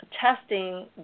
testing